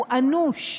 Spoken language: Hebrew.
הוא אנוש.